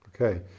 okay